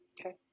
Okay